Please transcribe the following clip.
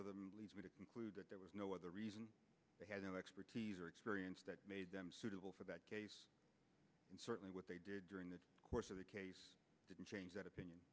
of them leads me to conclude that there was no other reason they had no expertise or experience that made them suitable for that and certainly what they did during the course of the case didn't change that